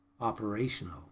operational